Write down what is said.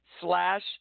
slash